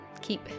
keep